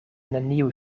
neniu